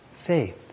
Faith